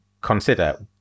consider